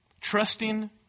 trusting